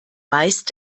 meistens